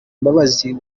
mbabazi